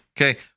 Okay